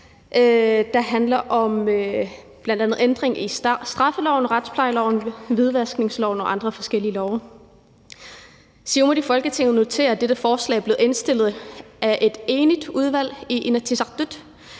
der handler om bl.a. ændring i straffeloven, retsplejeloven, hvidvaskningsloven og andre forskellige love. Siumut i Folketinget noterer, at dette forslag er blevet indstillet af et enigt udvalg i Inatsisartut,